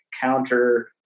counter